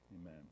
Amen